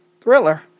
Thriller